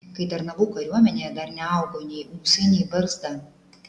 kai tarnavau kariuomenėje dar neaugo nei ūsai nei barzda